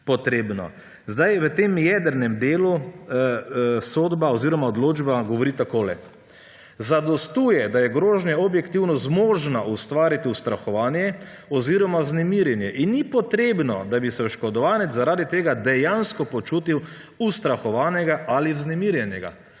V tem jedrnem delu sodba oziroma odločba govori takole: »Zadostuje, da je grožnja objektivno zmožna ustvariti ustrahovanje oziroma vznemirjenje, in ni potrebno, da bi se oškodovanec zaradi tega dejansko počutil ustrahovanega ali vznemirjenega.«